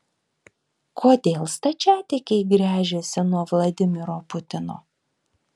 kodėl stačiatikiai gręžiasi nuo vladimiro putino